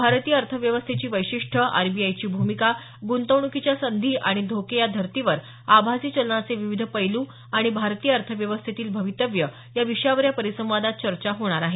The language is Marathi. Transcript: भारतीय अर्थव्यवस्थेची वैशिष्ट्ये आरबीआयची भूमिका गुंतवणुकीच्या संधी आणि धोके या धर्तीवर आभासी चलनाचे विविध पैलू आणि भारतीय अर्थव्यवस्थेतील भवितव्य याविषयांवर या परिसंवादात चर्चा होणार आहे